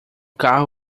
carro